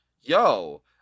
Yo